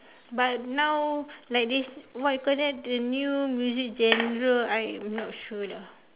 but now like this what you call that the new music genre I'm not sure lah